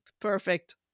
Perfect